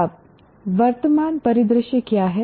अब वर्तमान परिदृश्य क्या है